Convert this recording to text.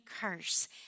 curse